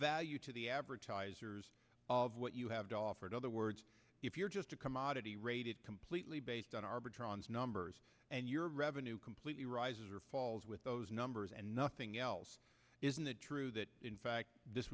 value to the advertisers of what you have offered other words if you're just a commodity rated completely based on arbitron numbers and your revenue completely rises or falls with those numbers and nothing else isn't it true that in fact this